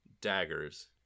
daggers